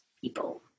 people